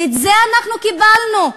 ואת זה אנחנו קיבלנו,